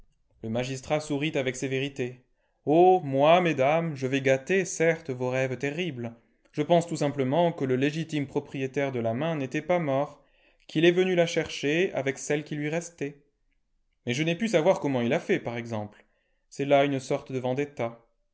le magistrat sourit avec sévérité oh moi mesdames je vais gâter certes vos rêves terribles je pense tout simplement que le légitime propriétaire de la main n'était pas mort qu'il est venu la chercher avec celle qui lui restait mais je n'ai pu savoir comment il a fait par exemple c'est là une sorte de vendetta